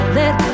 let